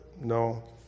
No